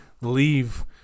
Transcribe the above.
leave